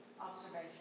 observation